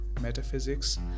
metaphysics